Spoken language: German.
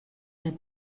der